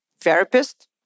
therapist